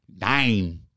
Nine